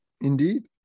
Indeed